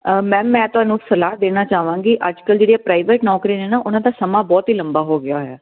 ma'am ਮੈਂ ਤੁਹਾਨੂੰ ਸਲਾਹ ਦੇਣਾ ਚਾਹਵਾਂਗੀ ਅੱਜਕੱਲ ਜਿਹੜੀਆਂ ਪ੍ਰਾਈਵੇਟ ਨੌਕਰੀ ਨੇ ਨਾ ਉਹਨਾਂ ਦਾ ਸਮਾਂ ਬਹੁਤ ਹੀ ਲੰਬਾ ਹੋ ਗਿਆ ਹੋਇਆ